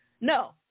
No